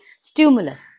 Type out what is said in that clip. stimulus